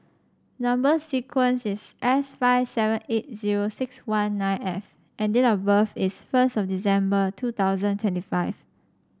number sequence is S five seven eight zero six one nine F and date of birth is first of December two thousand twenty five